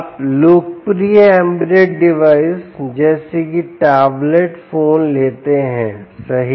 आप लोकप्रिय embedded device जैसे कि टैबलेटफोन लेते हैं सही